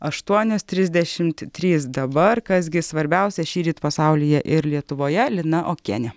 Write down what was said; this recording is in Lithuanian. aštuonios trisdešimt trys dabar kas gi svarbiausia šįryt pasaulyje ir lietuvoje lina okienė